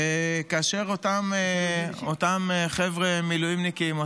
וכאשר אותם חבר'ה מילואימניקים,